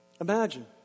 Imagine